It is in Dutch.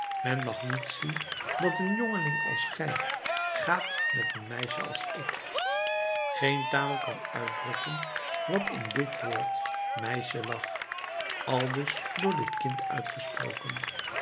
men mag niet zien dat een jongeling als gij gaat met een meisje als ik geen taal kan uitdrukken wat in dit woord meisje lag aldus door dit kind uitgesproken